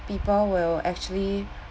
people will actually